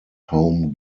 home